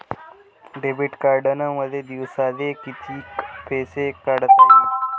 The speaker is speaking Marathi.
डेबिट कार्डनं मले दिवसाले कितीक पैसे काढता येईन?